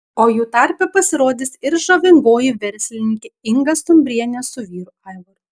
o jų tarpe pasirodys ir žavingoji verslininkė inga stumbrienė su vyru aivaru